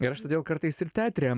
ir aš todėl kartais ir teatre